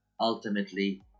Ultimately